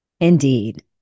Indeed